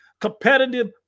Competitive